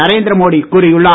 நரேந்திர மோடி கூறியுள்ளார்